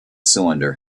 cylinder